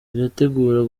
irategura